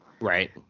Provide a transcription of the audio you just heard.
Right